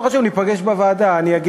לא חשוב,